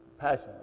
Passion